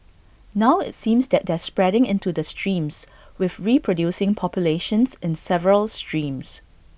now IT seems that they're spreading into the streams with reproducing populations in several streams